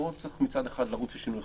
אבל לא צריך לרוץ לשינוי חקיקה.